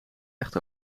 echt